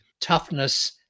toughness